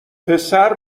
پسر